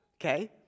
Okay